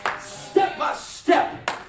step-by-step